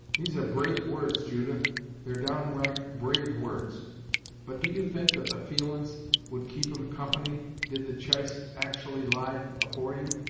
these are brave words, judith they're downright brave words but do you think that the feelin's would keep em company, did the ch'ice actually lie afore you?